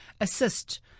assist